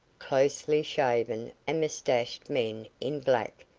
closely-shaven and moustached men, in black,